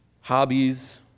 hobbies